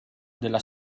della